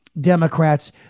Democrats